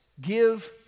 Give